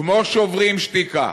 כמו "שוברים שתיקה"